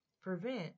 prevent